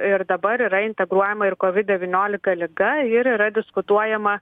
ir dabar yra integruojama ir covid devyniolika liga ir yra diskutuojama